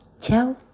Ciao